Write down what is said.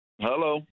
Hello